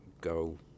go